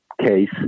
case